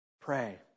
Pray